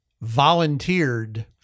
volunteered